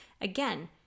Again